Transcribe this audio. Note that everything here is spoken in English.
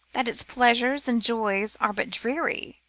that its pleasures and joys are but dreary,